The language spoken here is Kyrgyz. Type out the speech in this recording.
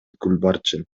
гүлбарчын